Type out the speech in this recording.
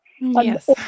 Yes